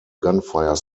gunfire